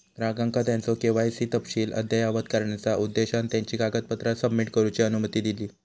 ग्राहकांका त्यांचो के.वाय.सी तपशील अद्ययावत करण्याचा उद्देशान त्यांची कागदपत्रा सबमिट करूची अनुमती दिली